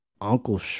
uncle